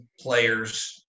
players